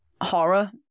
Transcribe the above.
horror